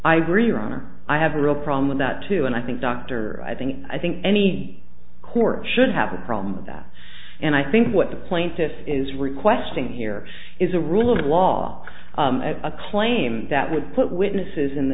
i agree your honor i have a real problem with that too and i think doctor i think i think any court should have a problem with that and i think what the plaintiffs is requesting here is a rule of law a claim that would put witnesses